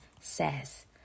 says